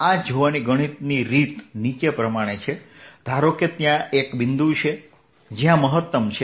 આ જોવાની ગણિતની રીત નીચે પ્રમાણે છે ધારો કે ત્યાં એક બિંદુ છે જ્યાં મહત્તમ છે